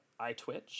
iTwitch